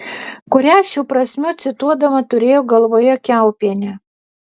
kurią šių prasmių cituodama turėjo galvoje kiaupienė